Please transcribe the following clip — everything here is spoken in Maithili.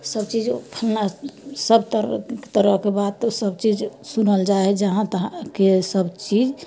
सब चीजो सुननाइ सब तरह सब तरहके बात सब चीज सुनल जाइ हइ जहाँ तहाँके सब चीज